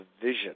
vision